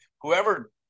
Whoever